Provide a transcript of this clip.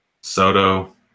Soto